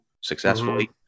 successfully